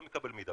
לא מקבל מידע.